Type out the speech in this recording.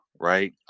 right